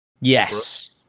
Yes